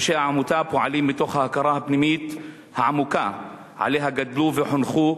אנשי העמותה פועלים מתוך ההכרה הפנימית העמוקה שעליה גדלו וחונכו,